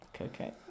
Okay